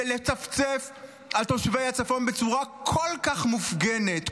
ולצפצף על תושבי הצפון בצורה כל כך מופגנת,